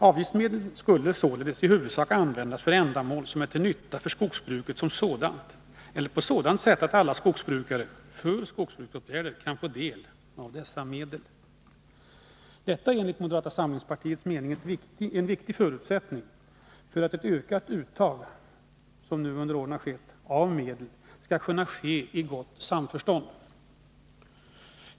Avgiftsmedlen skulle således i huvudsak användas för ändamål som är till nytta för skogsbruket som sådant eller på sådant sätt att alla skogsbrukare för skogsvårdsåtgärder kan få del av dessa medel. Detta är enligt moderata samlingspartiets mening en viktig förutsättning för att ett ökat uttag av medel, som nu under åren har skett, skall kunna göras i samförstånd.